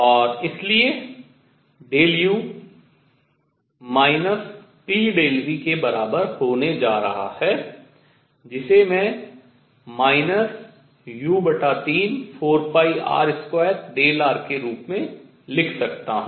और इसलिए ΔU pΔV के बराबर होने जा रहा है जिसे मैं u34r2r के रूप में लिख सकता हूँ